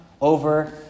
over